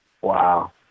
Wow